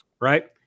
right